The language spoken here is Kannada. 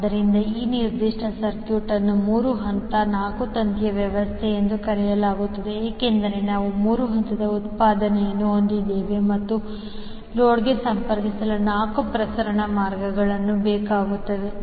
ಆದ್ದರಿಂದ ಈ ನಿರ್ದಿಷ್ಟ ಸರ್ಕ್ಯೂಟ್ ಅನ್ನು 3 ಹಂತ 4 ತಂತಿ ವ್ಯವಸ್ಥೆ ಎಂದು ಕರೆಯಲಾಗುತ್ತದೆ ಏಕೆಂದರೆ ನಾವು 3 ಹಂತದ ಉತ್ಪಾದನೆಯನ್ನು ಹೊಂದಿದ್ದೇವೆ ಮತ್ತು ಲೋಡ್ಗೆ ಸಂಪರ್ಕಿಸಲು 4 ಪ್ರಸರಣ ಮಾರ್ಗಗಳು ಬೇಕಾಗುತ್ತವೆ